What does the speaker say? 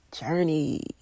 journey